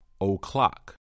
O'clock